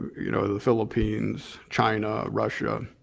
you know the philippines, china, russia,